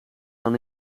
dan